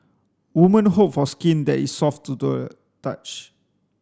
women hope for skin that is soft to the touch